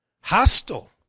hostile